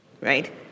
Right